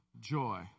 joy